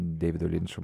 deivido linčo